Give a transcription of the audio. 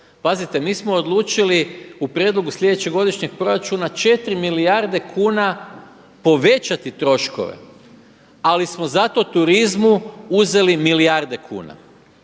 Pazite, mi smo odlučili u prijedlogu sljedećeg godišnjeg proračuna 4 milijarde kuna povećati troškove, ali smo zato turizmu uzeli milijarde kuna.